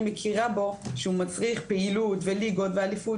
אני מכירה בו שהוא מצריך פעילות וליגות ואליפות